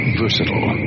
versatile